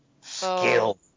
Skill